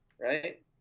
Right